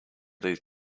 these